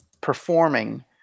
performing